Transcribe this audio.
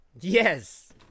yes